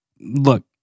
Look